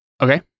Okay